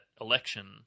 election